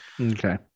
Okay